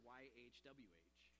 y-h-w-h